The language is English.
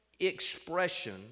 expression